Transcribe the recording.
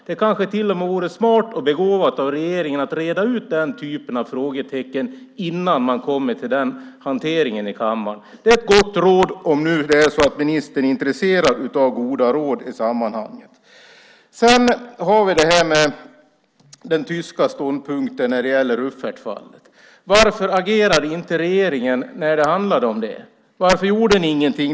Det kanske till och med vore smart och begåvat av regeringen att reda ut den typen av frågetecken innan man kommer till den hanteringen i kammaren. Det är ett gott råd - om ministern är intresserad av goda råd i sammanhanget. Vi har också den tyska ståndpunkten när det gäller Rüffertfallet. Varför agerade inte regeringen när det gällde detta? Varför gjorde ni ingenting?